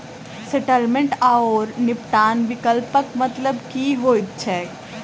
Settlement आओर निपटान विकल्पक मतलब की होइत छैक?